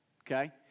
Okay